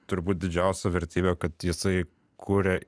turbūt didžiausia vertybė kad jisai kuria